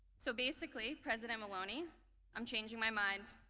so basically president maloney i'm changing my mind.